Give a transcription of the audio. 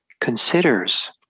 considers